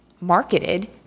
marketed